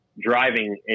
driving